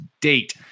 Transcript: date